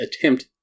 attempt